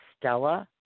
Stella